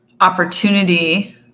opportunity